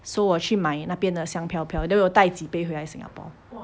so 我去买那边的香飘飘 then 我有带几杯回来 singapore